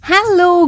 Hello